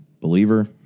believer